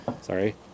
Sorry